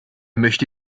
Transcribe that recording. möchte